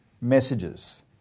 messages